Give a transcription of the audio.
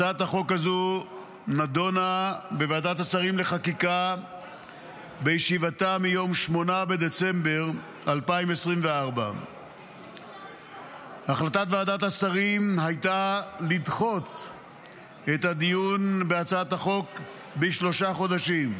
הצעת החוק הזו נדונה בוועדת השרים לחקיקה בישיבתה מיום 8 בדצמבר 2024. החלטת ועדת השרים הייתה לדחות את הדיון בהצעת החוק בשלושה חודשים.